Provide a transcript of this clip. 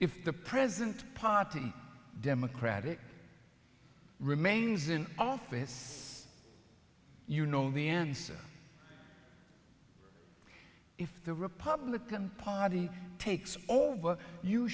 if the president party democratic remains in office you know the answer if the republican party takes over you